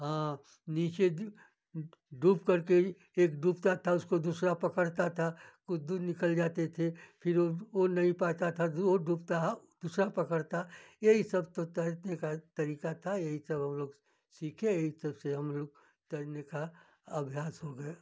हाँ नीचे दो डूब करके एक डूबता था उसको दूसरा पकड़ता था कुछ दूर निकल जाते थे फिर वह वह नहीं पाता था दो डूबता है दूसरा पकड़ता यही सब तो तैरने का तरीक़ा था यही सब हम लोग सीखे यही सब से हम लोग तैरने का अभ्यास हो गए